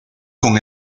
con